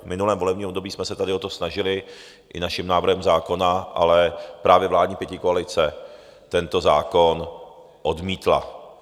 V minulém volebním období jsme se tady o to snažili, i naším návrhem zákona, ale právě vládní pětikoalice tento zákon odmítla.